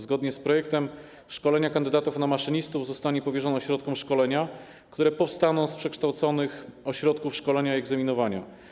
Zgodnie z projektem szkolenie kandydatów na maszynistów zostanie powierzone ośrodkom szkolenia, które powstaną z przekształconych ośrodków szkolenia i egzaminowania.